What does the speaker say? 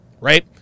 right